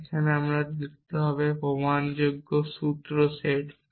আমি এখানে লিখতে হবে প্রমাণযোগ্য সূত্র সেট